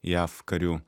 jav karių